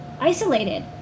isolated